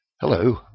Hello